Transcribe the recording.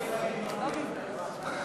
אם זה היה, מצביע.